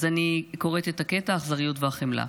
אז אני קוראת את הקטע "האכזריות והחמלה":